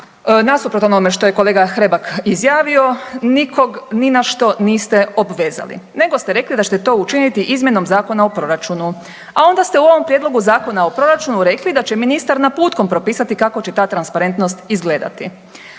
nasuprot onome što je kolega Hrebak izjavio nikog ni na što niste obvezali nego ste rekli da ćete to učiniti izmjenom Zakona o proračunu. A onda ste u ovom prijedlogu Zakona o proračunu rekli da će ministar naputkom propisati kako će ta transparentnost izgledati.